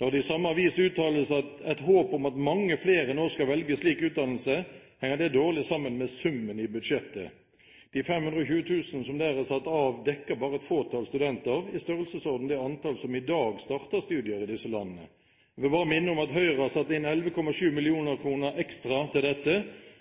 Når det i samme avis uttales et håp om at mange flere nå skal velge en slik utdannelse, henger det dårlig sammen med summen i budsjettet. De 520 000 som der er satt av, dekker bare et fåtall studenter, i størrelsesorden det antall som i dag starter studier i disse landene. Jeg vil bare minne om at Høyre har satt inn 11,7 mill. kr ekstra til dette